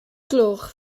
gloch